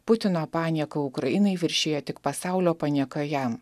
putino panieką ukrainai viršija tik pasaulio panieka jam